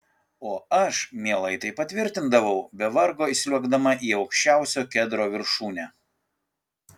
o aš mielai tai patvirtindavau be vargo įsliuogdama į aukščiausio kedro viršūnę